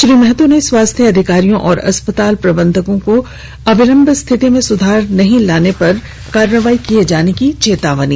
श्री महतो ने स्वास्थ्य अधिकारियों और अस्पताल प्रबंधक को अविलंब स्थिति में सुधार नहीं लाने पर कार्रवाई की चेतावनी दी